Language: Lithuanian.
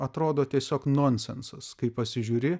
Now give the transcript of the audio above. atrodo tiesiog nonsensas kai pasižiūri